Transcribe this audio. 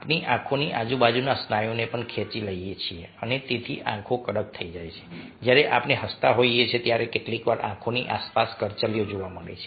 આપણી આંખોની આજુબાજુના સ્નાયુઓને પણ ખેંચી લઈએ છીએ અને તેથી આંખો કડક થઈ જાય છે જ્યારે આપણે હસતા હોઈએ ત્યારે કેટલીકવાર આંખોની આસપાસ કરચલીઓ જોવા મળે છે